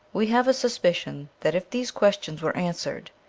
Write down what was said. we have a suspicion that if these questions were answered